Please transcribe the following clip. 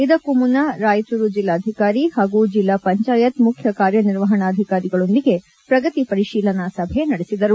ಇದಕ್ಕೂ ಮುನ್ನ ರಾಯಚೂರು ಜಿಲ್ಲಾಧಿಕಾರಿ ಹಾಗೂ ಜಿಲ್ಲಾ ಪಂಚಾಯತ್ ಮುಖ್ಯ ಕಾರ್ಯನಿರ್ವಪಣಾಧಿಕಾರಿಗಳೊಂದಿಗೆ ಪ್ರಗತಿ ವರಿಶೀಲನಾ ಸಭೆ ನಡೆಸಿದರು